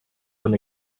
when